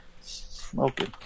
smoking